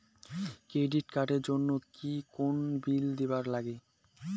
Credit card এর জন্যে কি কোনো বিল দিবার লাগে?